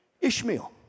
ishmael